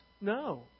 No